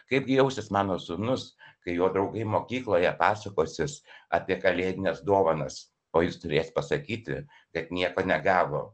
kaipgi jausis mano sūnus kai jo draugai mokykloje pasakosis apie kalėdines dovanas o jis turės pasakyti kad nieko negavo